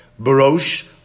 Barosh